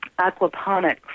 aquaponics